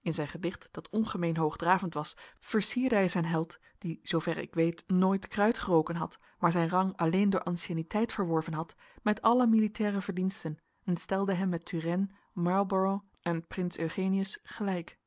in zijn gedicht dat ongemeen hoogdravend was versierde hij zijn held die zooverre ik weet nooit kruit geroken had maar zijn rang alleen door ancienneteit verworven had met alle militaire verdiensten en stelde hem met turenne marlborough en prins eugenius gelijk